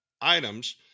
items